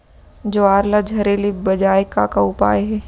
ज्वार ला झरे ले बचाए के का उपाय हे?